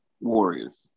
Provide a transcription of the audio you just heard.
Warriors